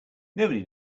nobody